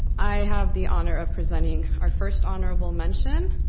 i have the honor of presenting our first honorable mention.